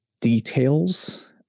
details